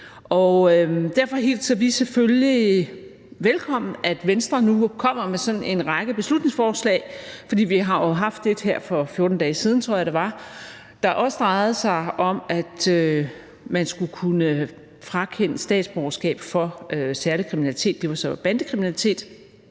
Derfor hilser vi selvfølgelig velkommen, at Venstre nu kommer med sådan en række beslutningsforslag. For vi har jo haft et her for 14 dage siden – tror jeg det var – der også drejede sig om, at man skulle kunne frakende statsborgerskab for særlig kriminalitet. Det var så bandekriminalitet,